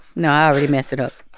no, i already messed it up